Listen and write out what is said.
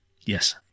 Yes